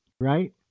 right